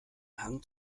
hang